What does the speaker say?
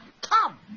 come